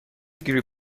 گریپ